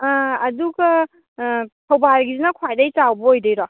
ꯑꯥ ꯑꯗꯨꯒ ꯊꯧꯕꯥꯜꯒꯤꯁꯤꯅ ꯈ꯭ꯋꯥꯏꯗꯒꯤ ꯆꯥꯎꯕ ꯑꯣꯏꯗꯣꯏꯔꯣ